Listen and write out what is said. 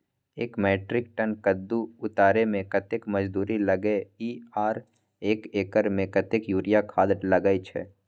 एक metric tonne कद्दू उतारे में कतेक मजदूरी लागे इ आर एक एकर में कतेक यूरिया खाद लागे छै?